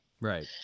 right